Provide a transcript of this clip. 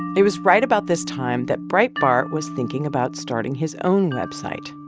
it was right about this time that breitbart was thinking about starting his own website,